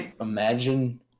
Imagine